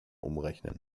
umrechnen